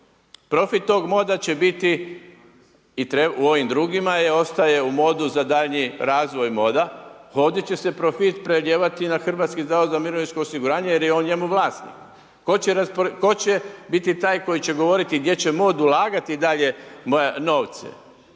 Profit toga moda će biti, u ovim drugima je, ostaje u modu za daljnji razvoj moda, ovdje će se profit preljevati na HZMO jer je on njemu vlasnik. Tko će biti taj koji će govoriti gdje će mod ulagati dalje novce.